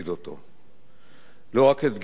לא רק את גדעון השר וחבר הכנסת,